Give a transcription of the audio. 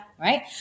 right